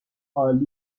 عالیه